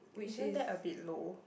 isn't that a bit low